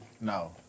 No